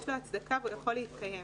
יש לו הצדקה והוא יכול להתקיים.